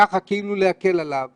כדי להקל עליו ככה.